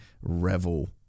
revel